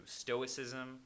stoicism